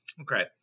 Okay